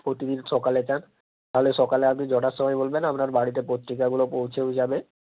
প্রতিদিন সকালে চান তাহলে সকালে আপনি যটার সময় বলবেন আপনার বাড়িতে পত্রিকাগুলো পৌঁছেও যাবে